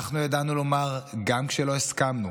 אנחנו ידענו לומר גם כשלא הסכמנו,